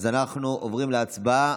אז אנחנו עוברים להצבעה